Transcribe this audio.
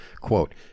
Quote